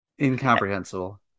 incomprehensible